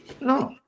No